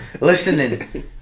listening